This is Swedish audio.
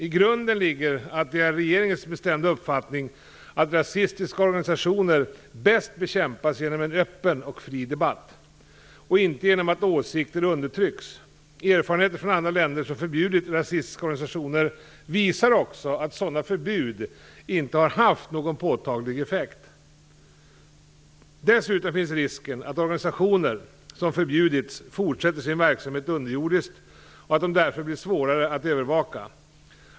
I grunden ligger att det är regeringens bestämda uppfattning att rasistiska organisationer bäst bekämpas genom en öppen och fri debatt och inte genom att åsikter undertrycks. Erfarenheter från andra länder, som förbjudit rasistiska organisationer, visar också att sådana förbud inte har haft någon påtaglig effekt. Dessutom finns risken att organisationer som förbjudits fortsätter sin verksamhet underjordiskt och att de därför blir svårare att övervaka.